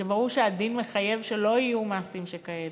וברור שהדין מחייב שלא יהיו מעשים שכאלה,